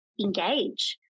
engage